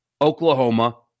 Oklahoma